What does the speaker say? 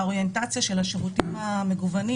האוריינטציה של השירותים המגוונים